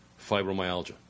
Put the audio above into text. fibromyalgia